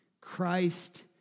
Christ